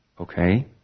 Okay